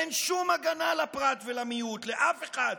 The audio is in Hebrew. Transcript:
אין שום הגנה לפרט ולמיעוט, לאף אחד.